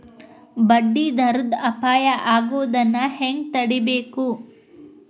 ಬಡ್ಡಿ ದರದ್ ಅಪಾಯಾ ಆಗೊದನ್ನ ಹೆಂಗ್ ತಡೇಬಕು?